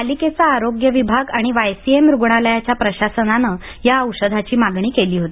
पालिकेचा आरोग्य विभाग आणि वाय सी एम रुग्णालयाच्या प्रशासनानं या औषधाची मागणी केली होती